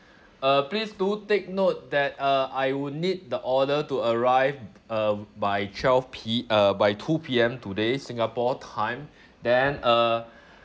uh please do take note that uh I will need the order to arrive uh by twelve P uh by two P_M today singapore time then uh